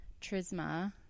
trisma